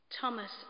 Thomas